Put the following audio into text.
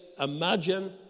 imagine